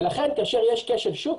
ולכן כאשר יש כשל שוק,